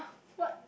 what